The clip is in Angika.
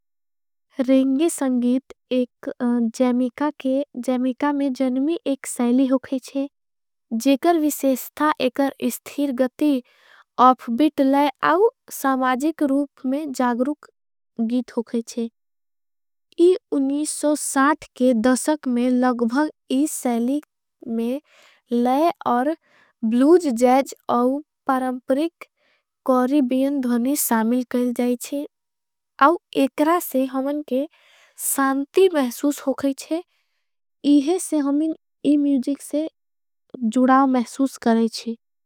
रिंगे संगीत एक जैमिका के जैमिका में जन्मी एक सैली होगई छे। जेकर विशेस्था एकर इस्ठीर गती आफ़ बीट ले आउ समाजिक। रूप में जागरूक गीत होगई छे इस के दशक में लगभग इस। सैली में लय और ब्लूज जैज और परंपरिक कोरिबियन धनी। सामिल कर जाये छे अव एकरा से हमन के सान्ती महसूस हो। गई छे इहे से हमन इस म्यूजिक से जुड़ाओ महसूस करे छे।